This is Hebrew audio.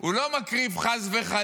הוא לא מקריב, חס וחלילה,